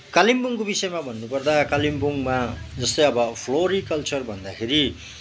कालिम्पोङको विषयमा भन्नुपर्दा कालिम्पोङमा जस्तै अब फ्लोरिकल्चर भन्दाखेरि